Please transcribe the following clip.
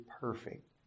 perfect